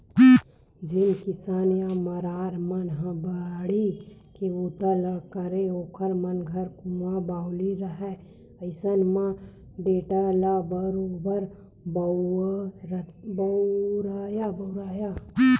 जेन किसान या मरार मन ह बाड़ी के बूता ल करय ओखर मन घर कुँआ बावली रहाय अइसन म टेंड़ा ल बरोबर बउरय